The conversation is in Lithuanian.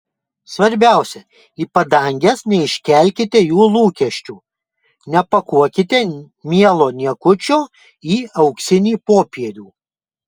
svarbiausia į padanges neiškelkite jų lūkesčių nepakuokite mielo niekučio į auksinį popierių